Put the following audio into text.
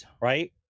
Right